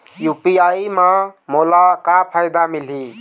UPI म मोला का फायदा मिलही?